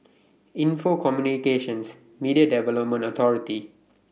Info Communications Media Development Authority